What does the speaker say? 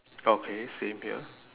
okay same here